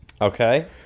okay